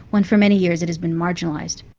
when for many years it has been marginalised.